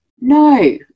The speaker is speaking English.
No